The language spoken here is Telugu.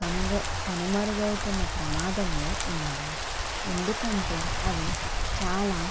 కనుగొ కనుమరుగవుతున్న ప్రమాదంలో ఉన్నాయి ఎందుకంటే అవి చాలా